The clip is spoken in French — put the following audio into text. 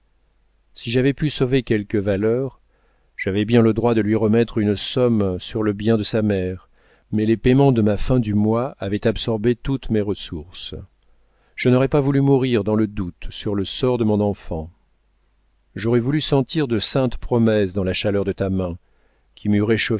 si j'avais pu sauver quelques valeurs j'avais bien le droit de lui remettre une somme sur le bien de sa mère mais les payements de ma fin du mois avaient absorbé toutes mes ressources je n'aurais pas voulu mourir dans le doute sur le sort de mon enfant j'aurais voulu sentir de saintes promesses dans la chaleur de ta main qui m'eût